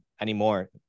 anymore